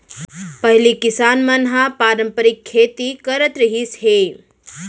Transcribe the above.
पहिली किसान मन ह पारंपरिक खेती करत रिहिस हे